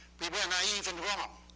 we were naive and wrong.